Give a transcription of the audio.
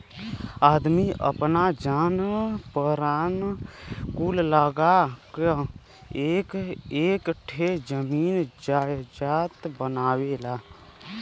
आदमी आपन जान परान कुल लगा क एक एक ठे जमीन जायजात बनावेला